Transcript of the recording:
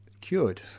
cured